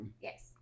Yes